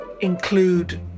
include